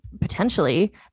potentially